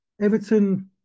Everton